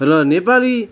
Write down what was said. र नेपाली